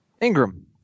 Ingram